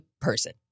person